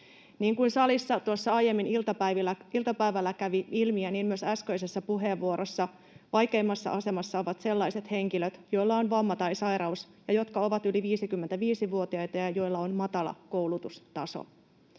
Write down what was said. Niin kuin salissa tuossa aiemmin iltapäivällä kävi ilmi ja myös äskeisessä puheenvuorossa, vaikeimmassa asemassa ovat sellaiset henkilöt, joilla on vamma tai sairaus ja jotka ovat yli 55-vuotiaita ja joilla on matala koulutustaso.